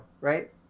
Right